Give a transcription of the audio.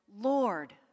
Lord